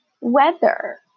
weather